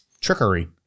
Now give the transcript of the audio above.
trickery